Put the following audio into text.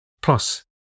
Plus